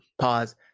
Pause